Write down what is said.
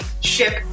ship